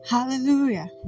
Hallelujah